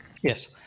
Yes